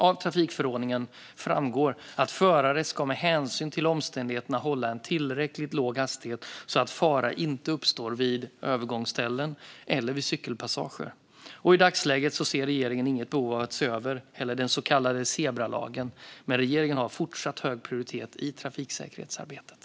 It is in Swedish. Av trafikförordningen framgår att förare med hänsyn till omständigheterna ska hålla en tillräckligt låg hastighet så att fara inte uppstår vid övergångsställen eller cykelpassager. I dagsläget ser regeringen inget behov av att se över den så kallade zebralagen. Men trafiksäkerhetsarbetet har fortsatt hög prioritet för regeringen.